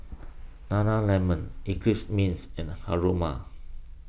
Nana Lemon Eclipse Mints and Haruma